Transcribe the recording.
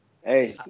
hey